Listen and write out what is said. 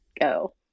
go